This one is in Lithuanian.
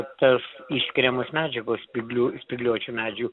tas išskiriamos medžiagos spyglių spygliuočių medžių